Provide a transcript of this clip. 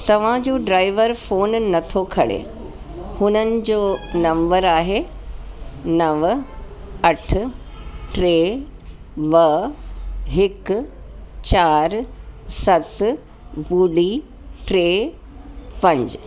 तव्हांजो driver phone नथो खणे हुननि जो नंबर आहे नव अठ टे ॿ हिकु चारि सत ॿुड़ी टे पंज